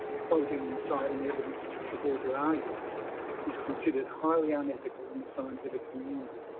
quoting and citing evidence to support your arguments is considered highly unethical in the scientific community.